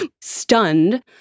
stunned